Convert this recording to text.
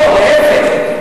לא, להיפך.